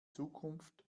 zukunft